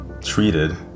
treated